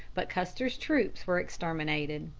but custer's troops were exterminated.